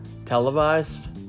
televised